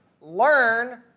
learn